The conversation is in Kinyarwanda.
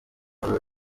ubu